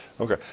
Okay